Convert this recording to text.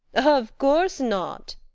of course not,